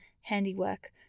handiwork